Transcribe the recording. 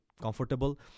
comfortable